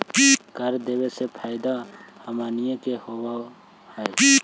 कर देबे से फैदा हमनीय के होब हई